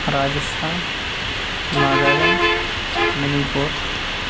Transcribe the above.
Rajasthan Nagaland mini پوٗر